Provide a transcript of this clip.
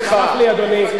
לפני שאגע בעניין אני רק רוצה,